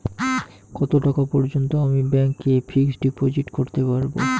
কত টাকা পর্যন্ত আমি ব্যাংক এ ফিক্সড ডিপোজিট করতে পারবো?